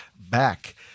back